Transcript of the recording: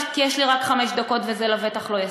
כי יש לי רק חמש דקות וזה בוודאי לא יספיק.